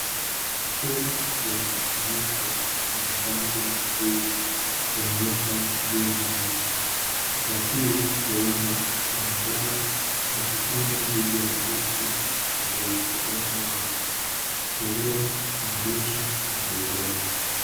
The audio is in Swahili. Chupa yenye kifuniko chenye rangi ya jivu kimewekwa juu ya meza. Chupa hii huenda Ikona dawa ya kukinga dhidi ya virusi vya ugonjwa wa surua, mabusha na rubella.